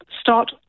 start